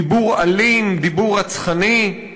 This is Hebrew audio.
דיבור אלים, דיבור רצחני.